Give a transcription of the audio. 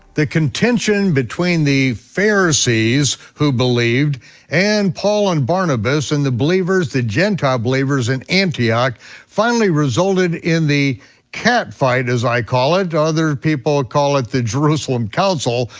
the contention between the pharisees who believed and paul and barnabas and the believers, the gentile believers in and ah like finally resulted in the cat fight as i call it, other people call it the jerusalem council,